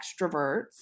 extroverts